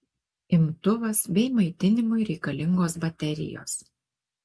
imtuvas bei maitinimui reikalingos baterijos